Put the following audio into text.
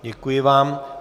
Děkuji vám.